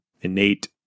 innate